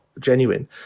genuine